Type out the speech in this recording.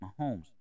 Mahomes